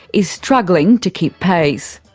is struggling to keep pace.